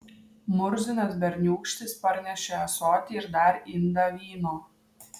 murzinas berniūkštis parnešė ąsotį ir dar indą vyno